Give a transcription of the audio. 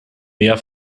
mehr